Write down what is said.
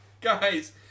guys